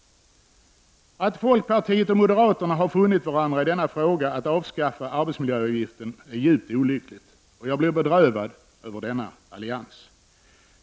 Att folkpartiet och moderaterna funnit varandra i denna fråga att avskaffa arbetsmiljöavgiften är djupt olyckligt, och jag blir bedrövad över denna allians.